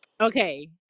Okay